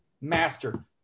master